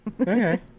Okay